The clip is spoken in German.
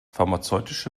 pharmazeutische